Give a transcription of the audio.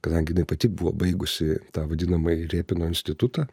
kadangi jinai pati buvo baigusi tą vadinamąjį rėpino institutą